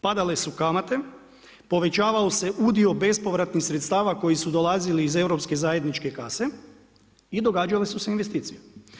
Padale su kamate, povećavao se udio bespovratnih sredstava koji su dolazili iz europske zajedničke kase i događale su se investicije.